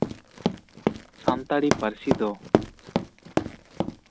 ᱥᱟᱱᱛᱟᱲᱤ ᱯᱟᱹᱨᱥᱤ ᱫᱚ